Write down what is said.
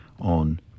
on